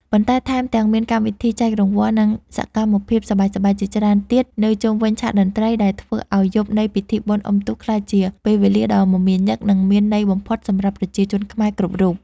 ប៉ុន្តែថែមទាំងមានកម្មវិធីចែករង្វាន់ និងសកម្មភាពសប្បាយៗជាច្រើនទៀតនៅជុំវិញឆាកតន្ត្រី ដែលធ្វើឱ្យយប់នៃពិធីបុណ្យអុំទូកក្លាយជាពេលវេលាដ៏មមាញឹក និងមានន័យបំផុតសម្រាប់ប្រជាជនខ្មែរគ្រប់រូប។